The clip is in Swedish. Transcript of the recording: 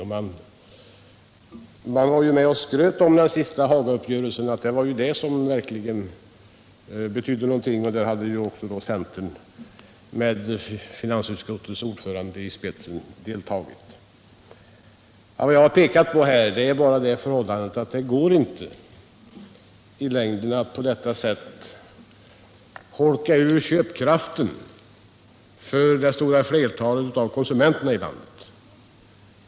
Och man var ju med och skröt om att den sista Hagauppgörelsen var det som verkligen betydde någonting och att också centern med finansutskottets ordförande i spetsen hade deltagit där. Vad jag pekat på är att det inte går att i längden på detta sätt holka ur köpkraften för det stora flertalet av konsumenterna i landet.